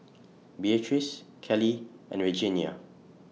Beatrice Kelly and Regenia